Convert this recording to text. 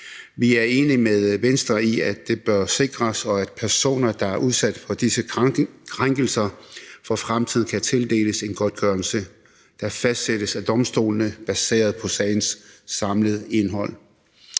Vi er enige med Venstre i, at de bør styrkes, og at personer, der er udsat for disse krænkelser, for fremtiden kan tildeles en godtgørelse, der fastsættes af domstolene, baseret på sagens samlede indhold.